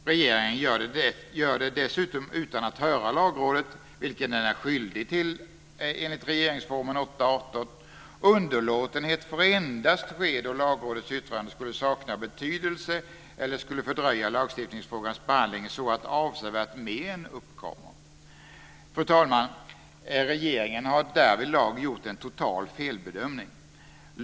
Regeringen gör det dessutom utan att höra Lagrådet, vilket den är skyldig till enligt regeringsformen 8 kap. 18 §. Underlåtenhet får endast ske då Lagrådets yttrande skulle sakna betydelse eller fördröja lagstiftningsfrågans behandling så att avsevärt men uppkommer. Fru talman! Regeringen har därvidlag gjort en total felbedömning.